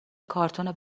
کارتون